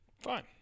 Fine